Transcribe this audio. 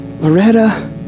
Loretta